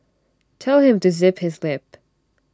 tell him to zip his lip